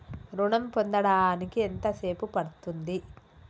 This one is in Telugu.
ఋణం పొందడానికి ఎంత సేపు పడ్తుంది?